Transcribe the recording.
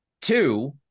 two